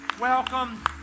Welcome